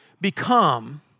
become